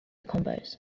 combos